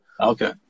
Okay